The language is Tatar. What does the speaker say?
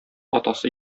атасы